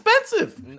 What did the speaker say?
expensive